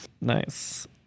nice